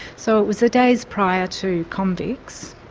so it was the days prior to convicts,